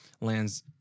Lands